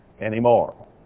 anymore